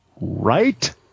right